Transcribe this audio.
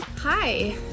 Hi